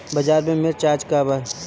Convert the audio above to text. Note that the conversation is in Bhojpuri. बाजार में मिर्च आज का बा?